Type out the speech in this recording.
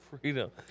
Freedom